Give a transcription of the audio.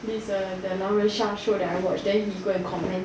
this the 狼人杀 show that I watch then he go and comment